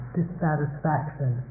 dissatisfaction